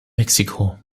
mexiko